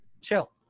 chill